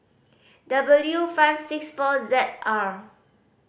W five six four Z R